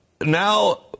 now